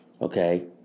Okay